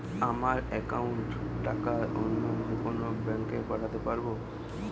আমার একাউন্টের টাকা অন্য যেকোনো ব্যাঙ্কে পাঠাতে পারব?